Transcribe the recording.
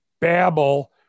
babble